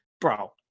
bro